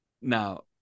Now